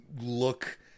look